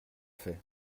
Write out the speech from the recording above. fait